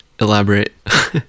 elaborate